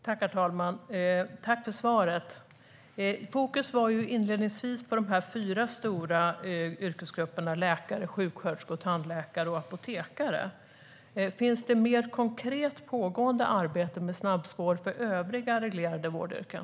Herr talman! Jag tackar för svaret. Fokus var inledningsvis på de fyra stora yrkesgrupperna läkare, sjuksköterskor, tandläkare och apotekare. Finns det något mer konkret arbete som pågår med snabbspår för övriga reglerade vårdyrken?